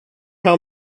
how